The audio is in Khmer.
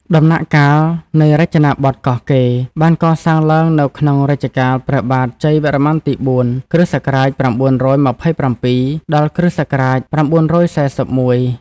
ដំណាក់កាលនៃរចនាបថកោះកេរ បានកសាងឡើងនៅក្នុងរជ្ជកាលព្រះបាទជ័យវរ្ម័នទី៤ (គ.ស. ៩២៧ ដល់ គ.ស.៩៤១)។